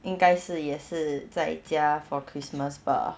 应该是也是在家 for christmas bah